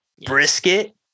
brisket